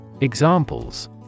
Examples